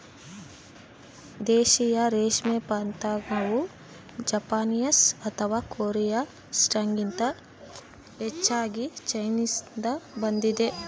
ದೇಶೀಯ ರೇಷ್ಮೆ ಪತಂಗವು ಜಪಾನೀಸ್ ಅಥವಾ ಕೊರಿಯನ್ ಸ್ಟಾಕ್ಗಿಂತ ಹೆಚ್ಚಾಗಿ ಚೈನೀಸ್ನಿಂದ ಬಂದಿದೆ